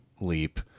leap